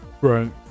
right